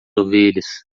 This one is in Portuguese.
ovelhas